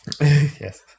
Yes